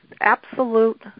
absolute